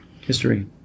history